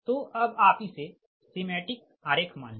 तो अब आप इसे सिमेटिक आरेख मान ले